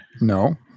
No